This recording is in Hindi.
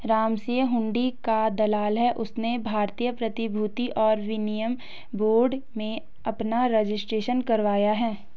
रामसिंह हुंडी का दलाल है उसने भारतीय प्रतिभूति और विनिमय बोर्ड में अपना रजिस्ट्रेशन करवाया है